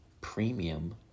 premium